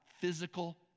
physical